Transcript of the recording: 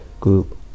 group